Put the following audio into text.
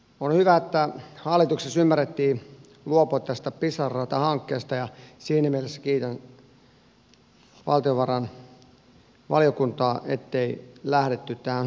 on hyvä että hallituksessa ymmärrettiin luopua tästä pisara ratahankkeesta ja siinä mielessä kiitän valtiovarainvaliokuntaa ettei lähdetty tähän huutokauppaan mukaan